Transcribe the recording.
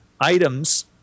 items